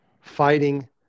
fighting